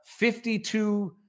52